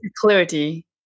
clarity